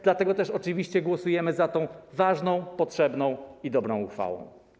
Dlatego też oczywiście głosujemy za tą ważną, potrzebną i dobrą uchwałą.